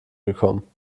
gekommen